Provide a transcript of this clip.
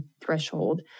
threshold